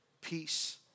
peace